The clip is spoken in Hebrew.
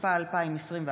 התשפ"א 2021,